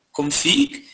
config